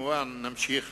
וכמובן נמשיך